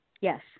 yes